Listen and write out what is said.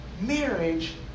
marriage